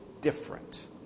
different